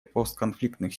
постконфликтных